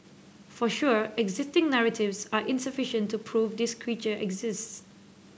for sure existing narratives are insufficient to prove this creature exists